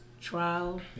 trial